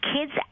kids